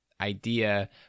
idea